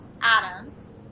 Adams